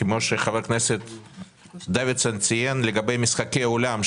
כפי שחבר הכנסת דוידסון ציין לגבי משחקי עולם,